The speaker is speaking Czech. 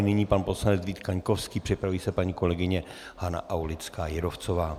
Nyní pan poslanec Vít Kaňkovský, připraví se paní kolegyně Hana Aulická Jírovcová.